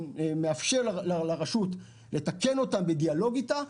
מאפשר לרשות לתקן אותם בדיאלוג איתה,